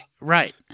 Right